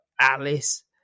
Alice